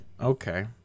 Okay